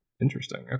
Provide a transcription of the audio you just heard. interesting